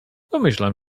domyślam